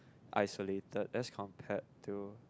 isolated as compared to